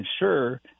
ensure